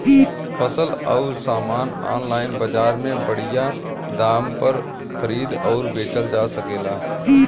फसल अउर सामान आनलाइन बजार में बढ़िया दाम पर खरीद अउर बेचल जा सकेला